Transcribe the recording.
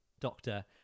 doctor